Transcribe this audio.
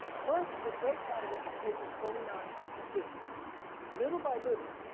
first from great controversy pages forty nine and fifty little by little,